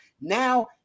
Now